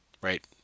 right